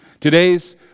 Today's